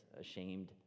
ashamed